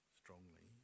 strongly